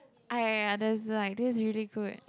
ah ya ya there's like this really good